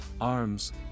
arms